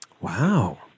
Wow